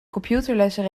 computerlessen